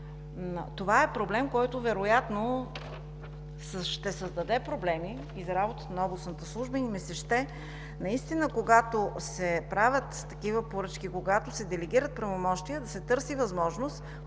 Това е проблем, който вероятно ще създаде проблеми и за работата на областната служба, и ми се ще наистина, когато се правят такива поръчки, когато се делегират правомощия, да се търси възможност